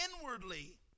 inwardly